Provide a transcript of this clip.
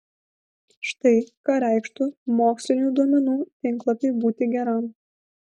štai ką reikštų mokslinių duomenų tinklalapiui būti geram